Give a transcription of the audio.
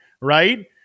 Right